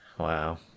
wow